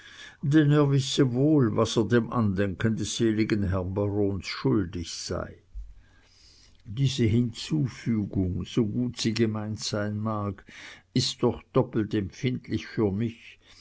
denn er wisse wohl was er dem andenken des seligen herrn barons schuldig sei diese hinzufügung so gut sie gemeint sein mag ist doch doppelt empfindlich für mich